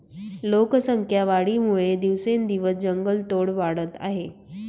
लोकसंख्या वाढीमुळे दिवसेंदिवस जंगलतोड वाढत आहे